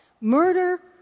murder